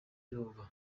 jehovah